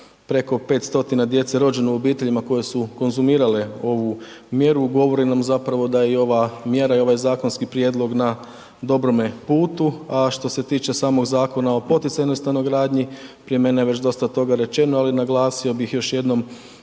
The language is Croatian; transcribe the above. preko 500 djece rođeno u obiteljima koje su konzumirale ovu mjeru govore nam zapravo da je i ova mjera i ovaj zakonski prijedlog na dobrome putu, a što se tiče samoga Zakona o poticajnoj stanogradnji, prije mene je već dosta toga rečeno, ali naglasio bih još jednom